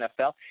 NFL